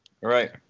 Right